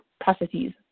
processes